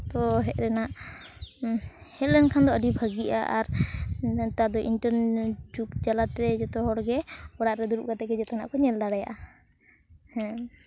ᱛᱳ ᱦᱮᱡ ᱨᱮᱱᱟᱜ ᱦᱮᱡ ᱞᱮᱱᱠᱷᱟᱱ ᱫᱚ ᱟᱹᱰᱤ ᱵᱷᱟᱹᱜᱤᱜᱼᱟ ᱟᱨ ᱱᱮᱛᱟᱨ ᱫᱚ ᱤᱱᱴᱟᱨᱱᱮᱴ ᱡᱩᱜᱽ ᱡᱟᱞᱟᱛᱮ ᱡᱚᱛᱚ ᱦᱚᱲᱜᱮ ᱚᱲᱟᱜ ᱨᱮ ᱫᱩᱲᱩᱵ ᱠᱟᱛᱮᱫ ᱜᱮ ᱡᱚᱛᱚᱱᱟᱜ ᱠᱚ ᱧᱮᱞ ᱫᱟᱲᱮᱭᱟᱜᱼᱟ ᱦᱮᱸ